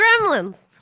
gremlins